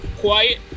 quiet